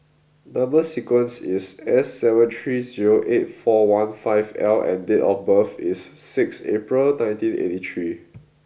number sequence is S seven three zero eight four one five L and date of birth is sixth April nineteen eighty three